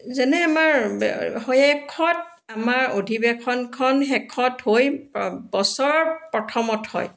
যেনে আমাৰ শেষত আমাৰ অধিৱেশনখন শেষত হৈ বছৰৰ প্ৰথমত হয়